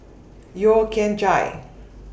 Yeo Kian Chai